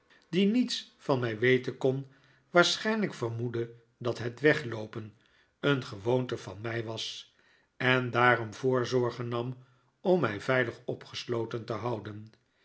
die niets van mij weten kon waarschijnlijk vermoedde dat het wegloopen een gewoonte van mij was en daarom voorzorgen nam om mij veilig opgesloten te houden